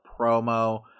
promo